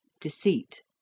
deceit